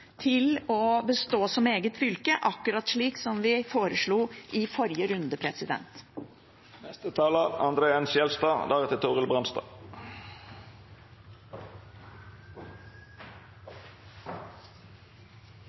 til å bestå som eget fylke, akkurat slik vi foreslo i forrige runde.